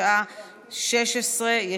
בשעה 16:00.